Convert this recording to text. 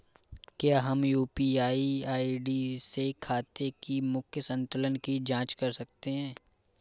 क्या हम UPI ID से खाते के मूख्य संतुलन की जाँच कर सकते हैं?